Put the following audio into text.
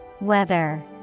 Weather